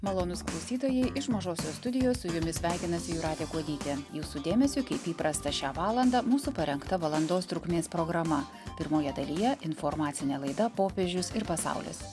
malonūs klausytojai iš mažosios studijos su jumis sveikinasi jūratė kuodytė jūsų dėmesiui kaip įprasta šią valandą mūsų parengta valandos trukmės programa pirmoje dalyje informacinė laida popiežius ir pasaulis